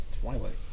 Twilight